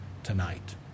tonight